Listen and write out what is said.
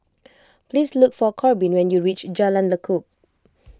please look for Korbin when you reach Jalan Lekub